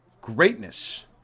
Greatness